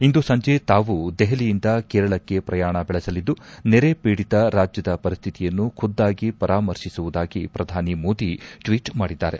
ಇಂದು ಸಂಜೆ ತಾವು ದೆಹಲಿಯಿಂದ ಕೇರಳಕ್ಕೆ ಪ್ರಯಾಣ ಬೆಳೆಸಲಿದ್ದು ನೆರೆ ಪೀಡಿತ ರಾಜ್ಲದ ಪರಿಸ್ತಿತಿಯನ್ನು ಖುದ್ಗಾಗಿ ಪರಾಮರ್ತಿಸುವುದಾಗಿ ಶ್ರಧಾನಿ ಮೋದಿ ಟ್ನೀಟ್ ಮಾಡಿದ್ದಾರೆ